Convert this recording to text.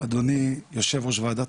אדוני יושב-ראש ועדת